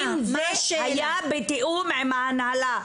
האם זה היה בתיאום עם הנהלה,